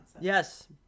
Yes